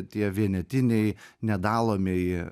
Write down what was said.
tie vienetiniai nedalomieji